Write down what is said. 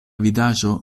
vidaĵo